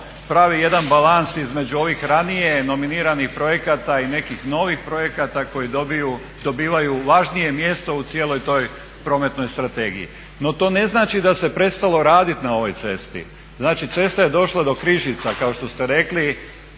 pravi jedan balans između ovih ranije nominiranih projekata i nekih novih projekata koji dobivaju važnije mjesto u cijeloj toj prometnoj strategiji. No to ne znači da se prestalo raditi na ovoj cesti. Znači cesta je došla do Križica kao što ste rekli,